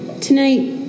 tonight